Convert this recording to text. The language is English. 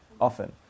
often